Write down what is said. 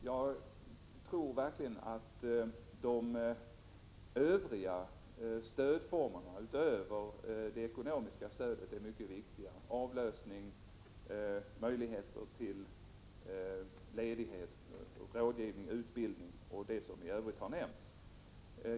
Jag tror verkligen att stödformerna utöver det ekonomiska stödet — avlösning, möjligheter till ledighet, rådgivning, utbildning och det som i övrigt har nämnts — är mycket viktiga.